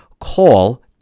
Call